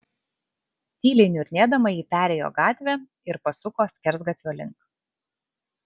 tyliai niurnėdama ji perėjo gatvę ir pasuko skersgatvio link